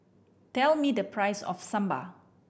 tell me the price of Sambar